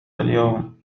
اليوم